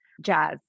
jazz